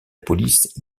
police